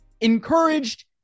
encouraged